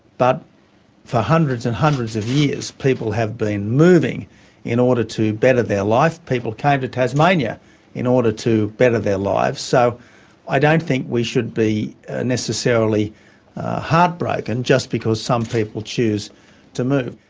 but for hundreds and hundreds of years people have been moving in order to better their life, people came to tasmania in order to better their lives. so i don't think we should be necessarily heartbroken just because some people choose to move.